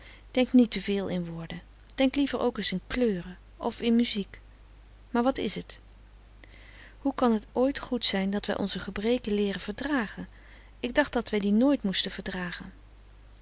denk niet te veel in woorden denk liever ook eens in kleuren of in muziek maar wat is t hoe kan het ooit goed zijn dat wij onze gebreken leeren verdragen ik dacht dat wij die nooit moesten verdragen